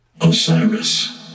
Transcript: Osiris